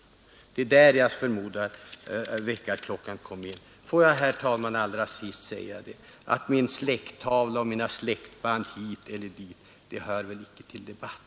Det är där jag förmodar att väckarklockan kommer in. Låt mig, herr talman, allra sist säga att mina släktband hit eller dit icke bör höra till denna debatt.